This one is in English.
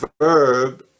verb